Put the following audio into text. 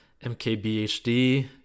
MKBHD